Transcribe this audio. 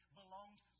belonged